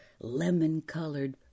lemon-colored